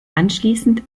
anschliessend